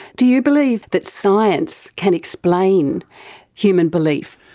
do you believe that science can explain human belief?